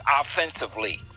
offensively